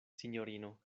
sinjorino